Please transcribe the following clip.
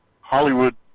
Hollywood